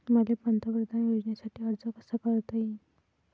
मले पंतप्रधान योजनेसाठी अर्ज कसा कसा करता येईन?